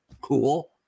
cool